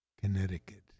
Connecticut